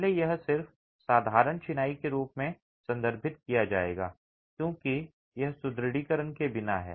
पहले यह सिर्फ साधारण चिनाई के रूप में संदर्भित किया जाएगा क्योंकि यह सुदृढीकरण के बिना है